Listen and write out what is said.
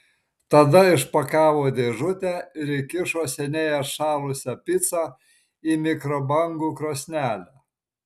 tada išpakavo dėžutę ir įkišo seniai atšalusią picą į mikrobangų krosnelę